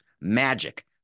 Magic